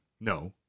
No